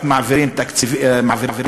רק מעבירים סמכויות,